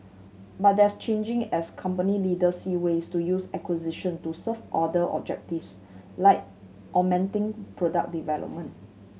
but that's changing as company leaders see ways to use acquisitions to serve other objectives like augmenting product development